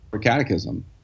Catechism